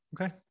Okay